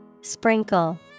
Sprinkle